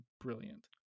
brilliant